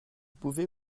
pouvez